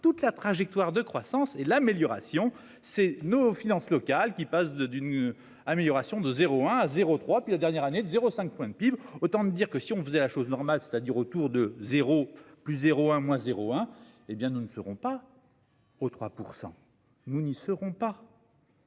toute la trajectoire de croissance et l'amélioration, c'est nos finances locales qui passe de d'une amélioration de 0 1 à 0 3 puis la dernière année de 0 5 point de PIB. Autant dire que si on faisait la chose normale, c'est-à-dire autour de 0, plus 0 à moins 0 1 hé bien nous ne serons pas. Aux 3%. Nous n'y seront pas.